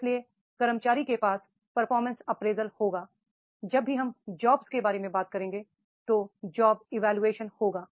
इसलिए कर्मचारी के पास परफॉर्मेंस अप्रेजल होगा जब हम जॉब्स के बारे में बात करते हैं तो जॉब इवोल्यूशन होगा